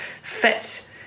fit